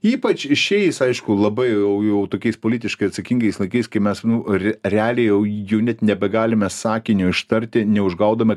ypač šiais aišku labai jau jau jau tokiais politiškai atsakingais laikais kai mes re realiai jau net nebegalime sakinio ištarti neužgaudami